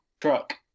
truck